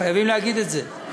חייבים להגיד את זה.